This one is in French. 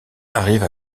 arrive